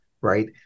right